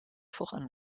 voran